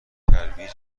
ترویج